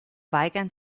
weigern